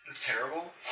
Terrible